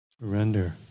surrender